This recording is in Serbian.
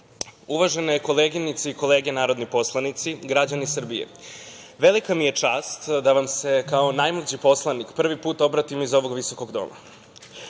uvažene koleginice i kolege narodni poslanici, građani Srbije, velika mi je čast da vam se kao najmlađi poslanik prvi put obratim iz ovog visokog doma. Prvo